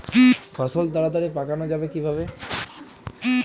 ফসল তাড়াতাড়ি পাকানো যাবে কিভাবে?